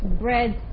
bread